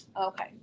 Okay